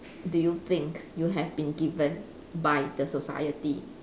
do you think you have been given by the society